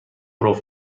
پرو